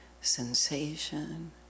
sensation